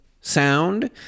sound